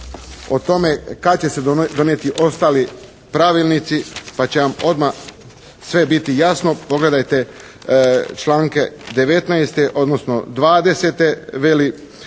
o tome kada će se donijeti ostali pravilnici pa će vam odmah sve biti jasno. Pogledajte članke 19. odnosno 20. Veli